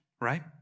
right